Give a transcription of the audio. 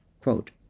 Quote